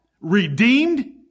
redeemed